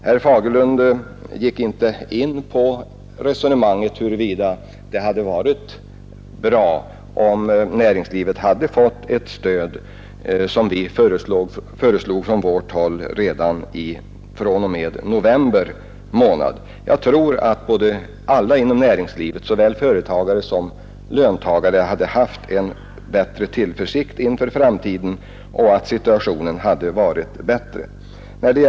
Herr Fagerlund gick inte in på frågan huruvida det hade varit bra om näringslivet, som vi föreslog från vårt håll, hade fått ett stöd redan fr.o.m. november månad i fjol. Jag tror att alla inom näringslivet, såväl företagare som löntagare, i så fall hade haft större tillförsikt inför framtiden och att situationen hade varit bättre i dag.